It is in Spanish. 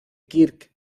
kirk